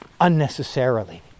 unnecessarily